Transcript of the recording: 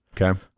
Okay